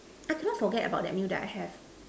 I cannot forget about the meal that I have